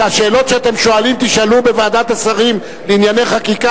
את השאלות שאתם שואלים תשאלו בוועדת השרים לענייני חקיקה,